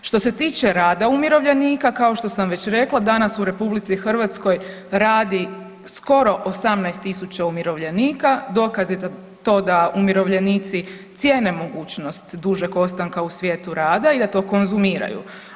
Što se tiče rada umirovljenika kao što sam već rekla danas u RH radi skoro 18.000 umirovljenika dokaz je to da umirovljenici cijene mogućnost dužeg ostanka u svijetu rada i da to konzumiraju.